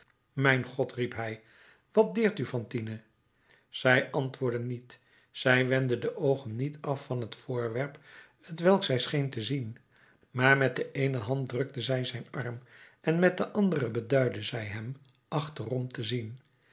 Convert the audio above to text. mijn god riep hij wat deert u fantine zij antwoordde niet zij wendde de oogen niet af van het voorwerp t welk zij scheen te zien maar met de eene hand drukte zij zijn arm en met de andere beduidde zij hem achterom te zien